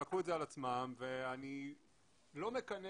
הם לקחו את זה על עצמם ואני לא מקנא,